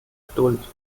geduld